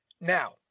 Now